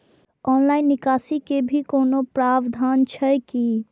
Online निकासी के भी कोनो प्रावधान छै की?